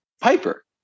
Piper